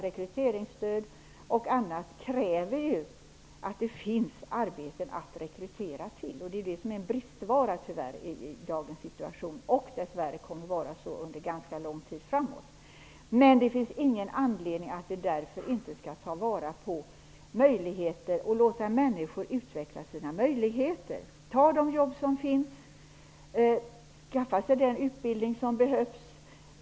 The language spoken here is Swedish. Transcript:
Rekryteringsstöd och annat kräver att det finns arbeten att rekrytera till, men arbeten är ju en bristvara i dagens situation. Dess värre kommer det att vara så under ganska lång tid framåt. Men det finns ingen anledning att därför inte låta människor utveckla sina möjligheter och ta de jobb som finns och skaffa sig den utbildning som behövs.